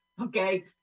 okay